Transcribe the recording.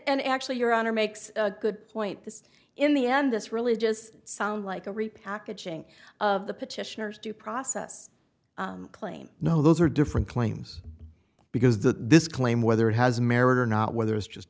and actually your honor makes a good point this in the end this really just sound like a repackaging of the petitioners due process claim no those are different claims because that this claim whether it has merit or not whether is just